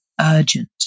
urgent